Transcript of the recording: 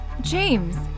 James